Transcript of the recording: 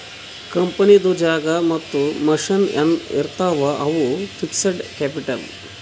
ಕಂಪನಿದು ಜಾಗಾ ಮತ್ತ ಮಷಿನ್ ಎನ್ ಇರ್ತಾವ್ ಅವು ಫಿಕ್ಸಡ್ ಕ್ಯಾಪಿಟಲ್